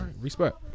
respect